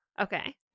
Okay